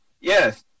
yes